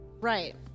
Right